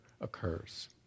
occurs